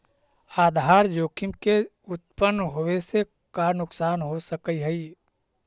आधार जोखिम के उत्तपन होवे से का नुकसान हो सकऽ हई?